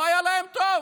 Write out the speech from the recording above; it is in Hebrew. לא היה להם טוב,